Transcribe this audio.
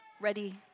ready